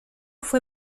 fue